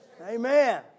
Amen